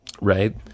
right